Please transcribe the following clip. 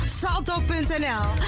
salto.nl